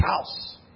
house